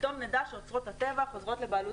ופתאום נדע שאוצרות הטבע חוזרים לבעלות